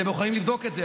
אתם יכולים לבדוק את זה.